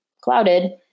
clouded